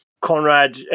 Conrad